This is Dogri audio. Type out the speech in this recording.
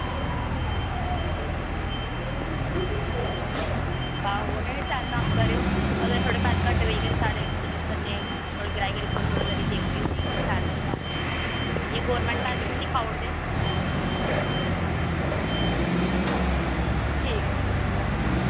आहो उऐ निहा शैल कम्म करेओ अगर थोह्ड़े पैसे घट्ट होई जाङन ते साढ़े कन्नै जेह्ड़े ते थोह्ड़े थोह्ड़े करियै देई ओड़गे की शैल कम्म कराओ इंया गौरमेंट पैसे दिंदी खाई ओड़दे ठीक ऐ ठीक